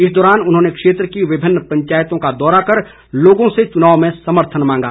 इस दौरान उन्होंने क्षेत्र की विभिन्न पंचायतों का दौरा कर लोगों से चुनाव में समर्थन मांगा